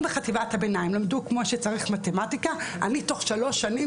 אם בחטיבת הביניים למדו כמו שצריך מתמטיקה תוך שלוש שנים,